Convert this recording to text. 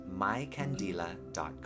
mycandila.com